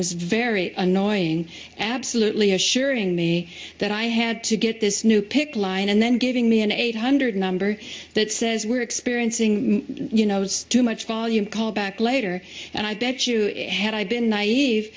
was very annoying absolutely assuring me that i had to get this new picket line and then giving me an eight hundred number that says we're experiencing you knows too much volume call back later and i bet you had i been naive